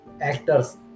actors